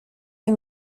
des